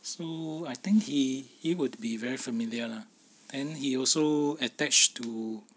so I think he he would be very familiar lah then he also attached to